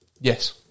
Yes